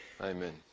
Amen